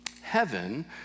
heaven